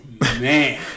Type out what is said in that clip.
man